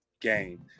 game